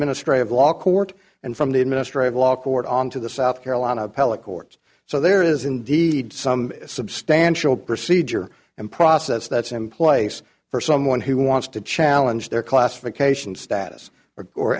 ministry of law court and from the administrative law court on to the south carolina appellate courts so there is indeed some substantial procedure and process that's in place for someone who wants to challenge their classification status or or